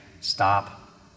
stop